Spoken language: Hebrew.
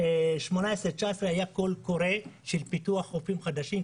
ב-2018-19 היה קול קורא של פיתוח חופים חדשים.